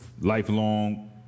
lifelong